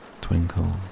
twinkle